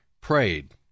prayed